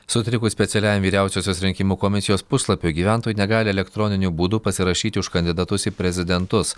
sutrikus specialiajam vyriausiosios rinkimų komisijos puslapiui gyventojai negali elektroniniu būdu pasirašyti už kandidatus į prezidentus